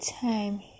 time